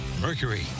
Mercury